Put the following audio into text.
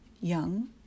young